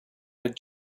had